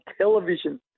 television